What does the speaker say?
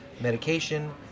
Medication